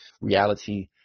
reality